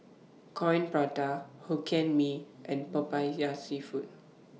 Coin Prata Hokkien Mee and Popiah Seafood